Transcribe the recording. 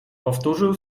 powtórzył